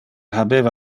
habeva